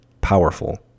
Powerful